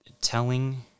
telling